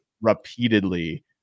repeatedly